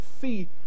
see